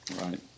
Right